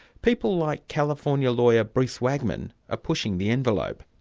people like california lawyer, bruce wagman are pushing the envelope.